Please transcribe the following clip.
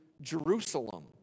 Jerusalem